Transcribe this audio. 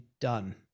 done